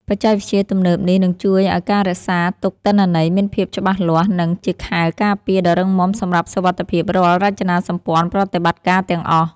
បច្ចេកវិទ្យាទំនើបនេះនឹងជួយឱ្យការរក្សាទុកទិន្នន័យមានភាពច្បាស់លាស់ និង ជាខែលការពារដ៏រឹងមាំសម្រាប់សុវត្ថិភាពរាល់រចនាម្ព័ន្ធប្រតិបត្តិការទាំងអស់។